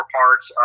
parts